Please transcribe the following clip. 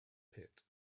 pit